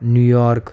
New York